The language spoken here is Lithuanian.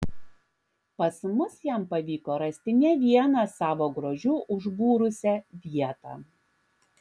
pas mus jam pavyko rasti ne vieną savo grožiu užbūrusią vietą